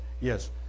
yes